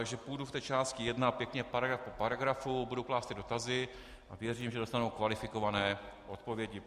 Takže v úvodu v části jedna pěkně paragraf po paragrafu budu klást dotazy a věřím, že dostanu kvalifikované odpovědi.